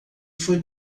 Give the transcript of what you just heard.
foi